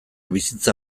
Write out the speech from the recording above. bizitza